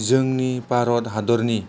जोंनि भारत हादरनि